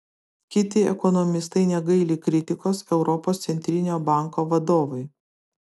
kiti ekonomistai negaili kritikos europos centrinio banko vadovui